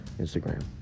Instagram